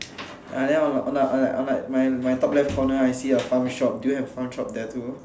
uh then on like on like on like on my my top left corner I see a farm shop do you have a farm shop there too